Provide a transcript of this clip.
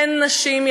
אין נשים,